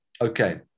Okay